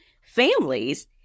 families